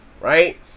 right